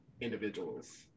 individuals